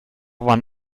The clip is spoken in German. waren